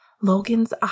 Logan's